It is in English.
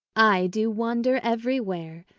i do wander every where,